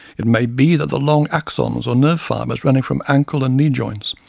it may be that the long axons or nerve fibres running from ankle and knee joints,